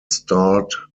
starred